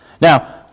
Now